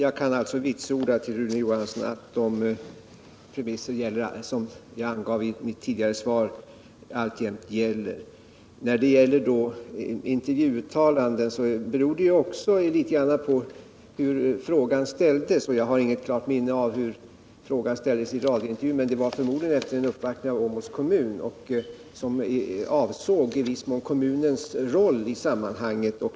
Herr talman! Jag kan, Rune Johansson, vitsorda att de premisser jag angav i mitt tidigare svar alltjämt gäller. I fråga om intervjuuttalandet beror det ju litet på hur frågan ställdes, och jag har inget klart minne hur frågan i radiointervjun formulerades. Men intervjuen skedde förmodligen efter en uppvaktning av Åmåls kommun och avsåg i viss mån kommunens roll i sammanhanget.